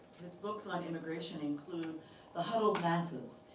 his books on immigration include the huddled masses,